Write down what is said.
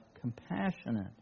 compassionate